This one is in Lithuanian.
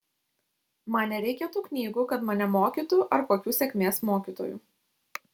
man nereikia tų knygų kad mane mokytų ar kokių sėkmės mokytojų